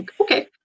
Okay